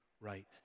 right